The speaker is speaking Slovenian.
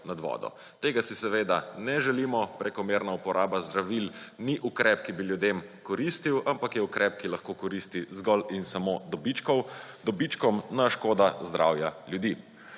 Tega si seveda ne želimo. Prekomerna uporaba zdravil ni ukrep, ki bi ljudem koristil, ampak je ukrep, ki lahko koristi zgolj in samo dobičkom na škodo zdravja ljudi.